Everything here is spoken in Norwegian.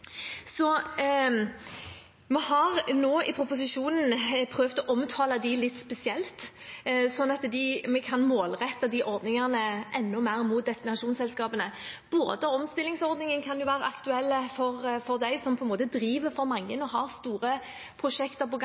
Så vi har nå i proposisjonen prøvd å omtale dem litt spesielt, sånn at vi kan målrette de ordningene enda mer mot destinasjonsselskapene. Omstillingsordningen kan være aktuell for dem, som på en måte driver for mange og har store prosjekter på gang,